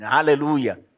Hallelujah